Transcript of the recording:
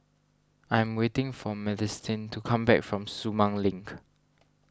I am waiting for Madisyn to come back from Sumang Link